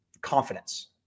confidence